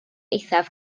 eithaf